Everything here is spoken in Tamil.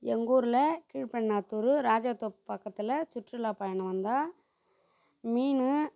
எங்கள் ஊரில் கீழ்பன்னாத்தூர் ராஜதோப்பு பக்கத்தில் சுற்றுலாப்பயணம் வந்தால் மீன்